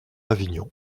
avignon